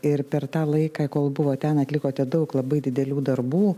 ir per tą laiką kol buvot ten atlikote daug labai didelių darbų